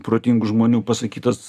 protingų žmonių pasakytas